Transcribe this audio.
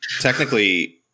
technically